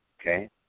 Okay